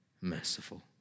merciful